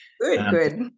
good